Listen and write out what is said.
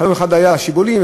חלום אחד היה על השיבולים,